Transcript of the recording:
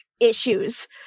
issues